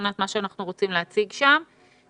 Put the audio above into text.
מבחינת מה שאנחנו רוצים להציג בדיון.